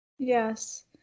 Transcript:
Yes